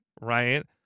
Right